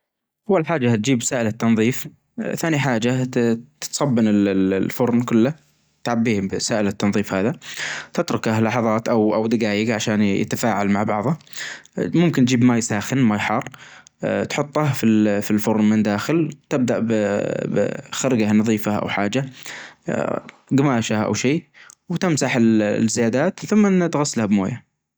أول حاچة بتچيب سائل التنظيف، ثانى حاچة ت-تصبن ال-ال-الفرن كله تعبيه بسائل التنظيف هذا تتركه لحظات أو-أو دجايج عشان يتفاعل مع بعضه، ممكن تچيب ماى ساخن ماى حار تحطه في ال-في الفرن في الداخل، تبدأ ب-بخرجة نظيفة أو حاچة جماشة أو شي وتمسح ال-الزيادات ثم أنك تغسله بماية.